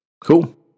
cool